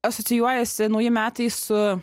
asocijuojasi nauji metai su